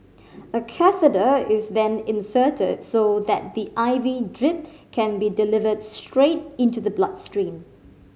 a catheter is then inserted so that the I V drip can be delivered straight into the blood stream